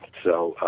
so